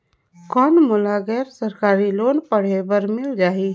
कौन मोला गैर सरकारी लोन पढ़े बर मिल जाहि?